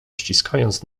ściskając